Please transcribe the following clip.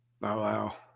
wow